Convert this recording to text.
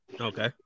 Okay